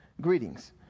Greetings